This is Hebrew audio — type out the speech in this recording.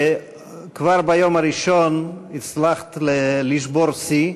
כבר ביום הראשון הצלחת לשבור שיא,